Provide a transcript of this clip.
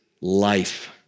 life